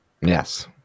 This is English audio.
Yes